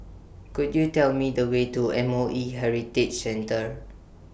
Could YOU Tell Me The Way to M O E Heritage Centre